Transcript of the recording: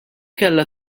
kellha